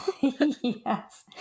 Yes